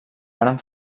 varen